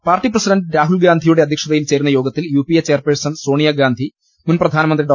party president രാഹുൽഗാന്ധിയുടെ അധ്യക്ഷതയിൽ ചേരുന്ന യോഗത്തിൽ യുപിഎ ചെയർപേഴ്സൺ സോണിയാ ഗാന്ധി മുൻപ്രധാനമന്ത്രി ഡോ